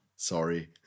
Sorry